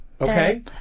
Okay